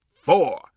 four